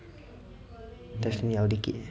definitely I'll lick it